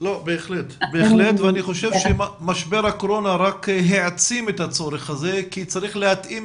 בהחלט ואני חושב שמשבר הקורונה רק העצים את הצורך הזה כי צריך להתאים